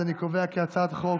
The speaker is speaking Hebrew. הצעת חוק